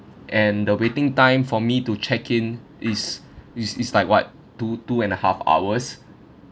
and the waiting time for me to check in is is is like what two two and a half hours